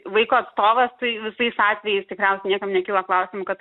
vaiko atstovas tai visais atvejais tikriausiai niekam nekyla klausimų kad